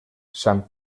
sant